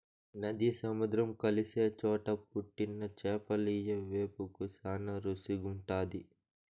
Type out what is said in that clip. నది, సముద్రం కలిసే చోట పుట్టిన చేపలియ్యి వేపుకు శానా రుసిగుంటాది